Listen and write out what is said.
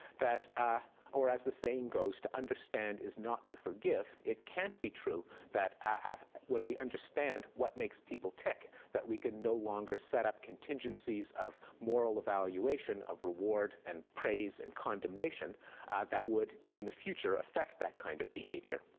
ah or as the saying goes, to understand is not to forgive. it can't be true that when we understand what makes people tick, that we can no longer set up contingencies of moral evaluation, of reward, and praise, and condemnation that would, in the future, affect that kind of behavior.